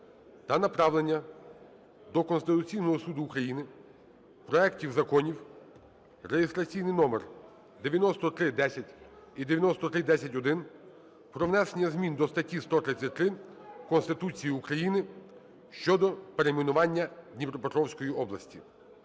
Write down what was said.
та направлення до Конституційного Суду України проектів законів реєстраційні номери 9310 і 9310-1 про внесення змін до статті 133 Конституції України (щодо перейменування Дніпропетровської області).